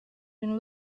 been